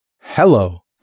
Hello